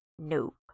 Nope